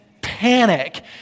panic